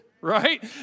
right